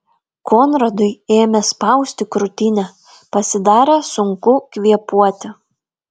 konradui ėmė spausti krūtinę pasidarė sunku kvėpuoti